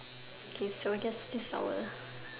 okay so I guess this our